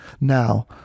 now